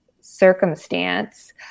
circumstance